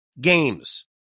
games